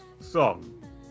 song